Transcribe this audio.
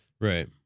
right